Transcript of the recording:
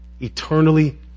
eternally